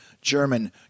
German